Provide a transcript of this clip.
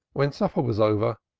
when supper was over,